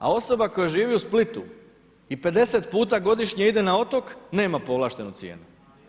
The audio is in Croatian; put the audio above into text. A osoba koja živi u Splitu i 50 puta godišnje ide na otok, nema povlaštenu cijenu.